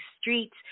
streets